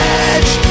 edge